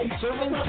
serving